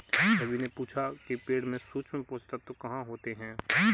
रवि ने पूछा कि पेड़ में सूक्ष्म पोषक तत्व कहाँ होते हैं?